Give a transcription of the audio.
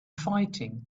fighting